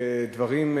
דברים,